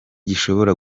gishobora